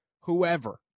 whoever